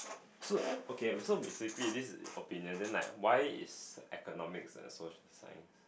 so okay ah so basically this is opinion then like why is economics a social science